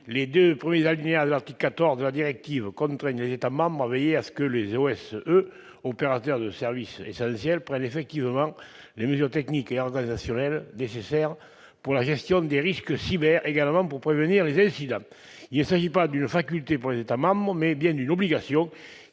Les deux premiers alinéas de l'article 14 de la directive contraignent les États membres à veiller à ce que les OSE, les opérateurs de services essentiels, prennent effectivement les mesures techniques et organisationnelles nécessaires pour la gestion des risques « cyber » et pour prévenir les incidents. Il ne s'agit pas d'une faculté pour les États membres, mais bien d'une obligation,